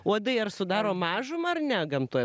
uodai ar sudaro mažumą ar ne gamtoje